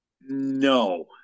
No